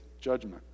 judgment